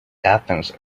athens